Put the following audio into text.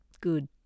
good